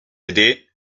aidé